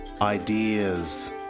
ideas